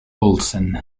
olsen